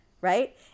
right